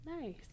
Nice